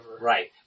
Right